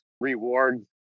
rewards